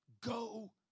Go